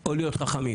או להיות חכמים.